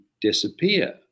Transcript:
disappear